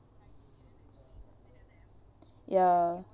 ya